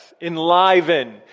Enliven